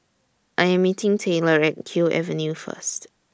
I Am meeting Tayler At Kew Avenue First